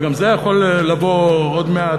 וגם זה יכול לבוא עוד מעט.